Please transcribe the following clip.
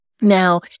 Now